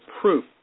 proof